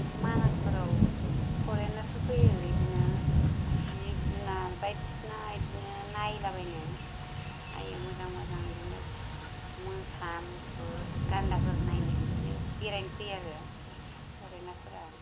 मानासफोराव फरेनारफोर फैयो बिदिनो जिब जुनार बायदिसिना बिदिनो नायलाबायनो नायो मोजां मोजां बिदिनो मोसा मुफुर गान्दाफोर नायनो बिदिनो बेरायनो फैयो आरो फरेनारफोरा